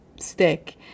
stick